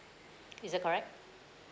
is it correct